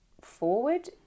forward